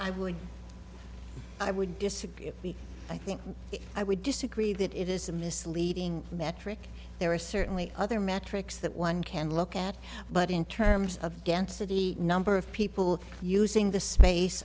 i would i would be i think i would disagree that it is a misleading metric there are certainly other metrics that one can look at but in terms of gansa the number of people using the space